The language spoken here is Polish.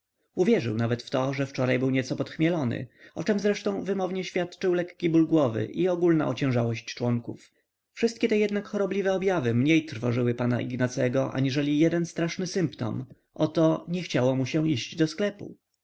uwierzył nawet w to że wczoraj był nieco podchmielony o czem zresztą wymownie świadczył lekki ból głowy i ogólna ociężałość członków wszystkie te jednak chorobliwe objawy mniej trwożyły pana ignacego aniżeli jeden straszny symptom oto nie chciało mu się iść do sklepu